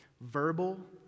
Verbal